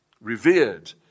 revered